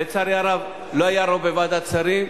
לצערי הרב, לא היה רוב בוועדת שרים.